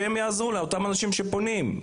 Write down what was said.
שהם יעזרו לאותם אנשים שפונים.